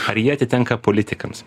ar jie atitenka politikams